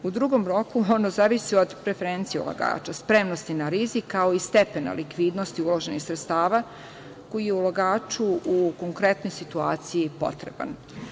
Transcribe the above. U drugom roku ono zavisi od perferencije ulagača, spremnosti na rizik, kao stepena likvidnosti uloženih sredstava koji je ulagaču u konkretnoj situaciji potreban.